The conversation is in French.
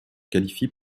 qualifie